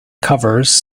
covers